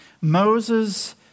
Moses